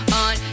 on